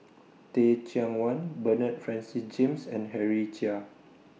Teh Cheang Wan Bernard Francis James and Henry Chia